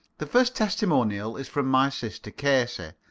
the first testimonial is from my sister casey,